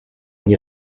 nie